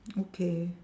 okay